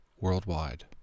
worldwide